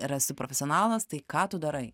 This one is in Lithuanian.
ir esu profesionalas tai ką tu darai